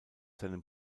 seinem